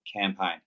Campaign